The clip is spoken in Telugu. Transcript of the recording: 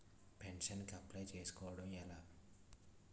పెన్షన్ కి అప్లయ్ చేసుకోవడం ఎలా?